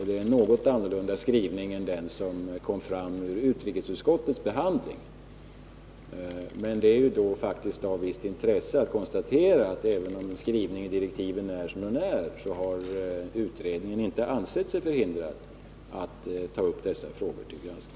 Det är en något annorlunda skrivning än den som kom fram ur utrikesutskottets behandling. Men det är av visst intresse att konstatera att även om skrivningen i direktiven är som den är, så har utredningen ändå inte ansett sig förhindrad att ta upp dessa frågor till granskning.